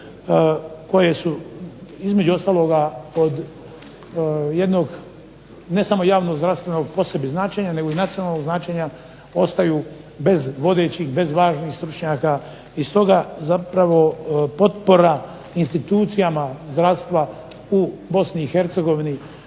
koje su između ostaloga od jednog, ne samo javnog zdravstvenog po sebi značenja, nego i nacionalnog značenja ostaju bez vodećih, bez važnih stručnjaka i stoga zapravo potpora institucijama zdravstva u